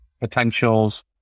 potentials